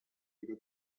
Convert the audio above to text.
ega